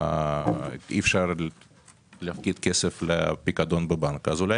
אי אפשר להפקיד כסף לפיקדון בבנק אז אולי